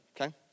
okay